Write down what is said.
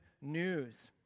news